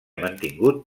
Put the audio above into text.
mantingut